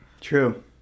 True